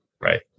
right